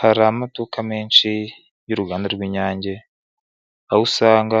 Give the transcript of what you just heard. Hari amaduka menshi y'uruganda rw'inyange aho usanga